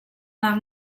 nak